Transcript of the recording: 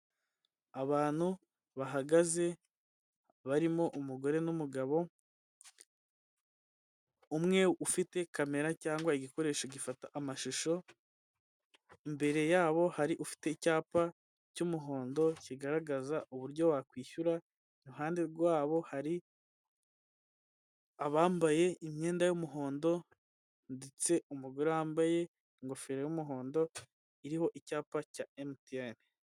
Abantu bahagaze barimo umugore n'umugabo umwe ufite kamera cyangwa igikoresho gifata amashusho, imbere yabo hari ufite icyapa cy'umuhondo kigaragaza uburyo wakwishyura, iruhande rwabo hari abambaye imyenda y'umuhondo ndetse umugore wambaye ingofero y'umuhondo iriho icyapa cya MTN.